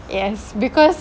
yes because